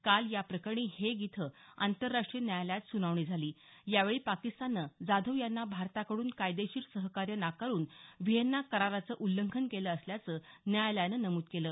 काल या प्रकरणी हेग इथं आंतरराष्ट्रीय न्यायालयात स्नावणी झाली यावेळी पाकिस्ताननं जाधव यांना भारताकडून कायदेशीर सहकार्य नाकारून व्हिएन्ना कराराचं उल्लंघन केलं असल्याचं न्यायालयानं नमूद केलं